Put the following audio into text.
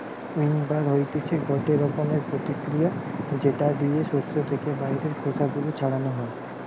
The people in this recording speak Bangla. উইন্নবার হতিছে গটে রকমের প্রতিক্রিয়া যেটা দিয়ে শস্য থেকে বাইরের খোসা গুলো ছাড়ানো হয়